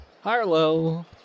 Harlow